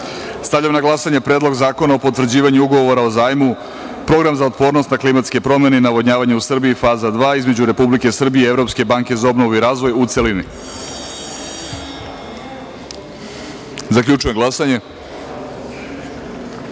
zakona. Stavljam na glasanje Predlog zakona o potvrđivanju Ugovora o zajmu (Program za otpornost na klimatske promene i navodnjavanje u Srbiji - faza II), između Republike Srbije i Evropske banke za obnovu i razvoj, u celini. Zaključujem glasanje: